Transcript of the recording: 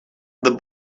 the